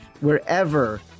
wherever